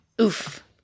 Oof